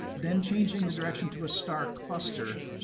then changing the direction to a star cluster.